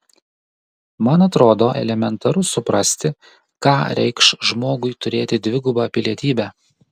man atrodo elementaru suprasti ką reikš žmogui turėti dvigubą pilietybę